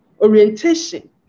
orientation